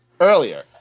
earlier